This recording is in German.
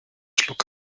schluck